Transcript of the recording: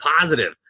positive